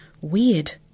weird